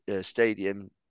Stadium